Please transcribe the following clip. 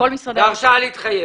בהרשאה להתחייב.